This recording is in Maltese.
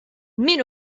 min